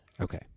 okay